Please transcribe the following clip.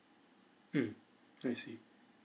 mm I see